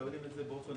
מקבלים את זה באופן